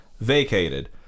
Vacated